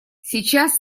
сейчас